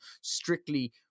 strictly